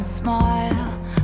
Smile